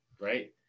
right